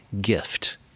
gift